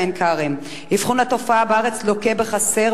עין-כרם": אבחון התופעה בארץ לוקה בחסר,